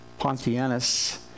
Pontianus